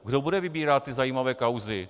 Kdo bude vybírat ty zajímavé kauzy?